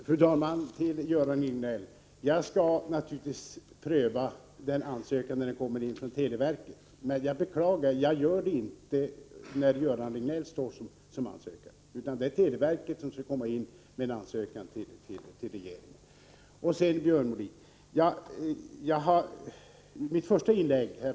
Fru talman! Först till Göran Riegnell. Jag skall naturligtvis pröva televerkets ansökan när den kommer in. Men — jag beklagar detta — jag skall personligen inte göra det när det är Göran Riegnell som står för ansökan. Det är televerket som skall komma in med en ansökan till regeringen. Sedan till Björn Molin.